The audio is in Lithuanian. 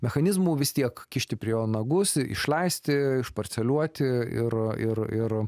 mechanizmų vis tiek kišti prie jo nagus išleisti išparceliuoti ir ir ir